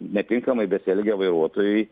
netinkamai besielgę vairuotojai